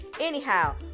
Anyhow